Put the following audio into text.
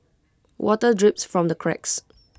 water drips from the cracks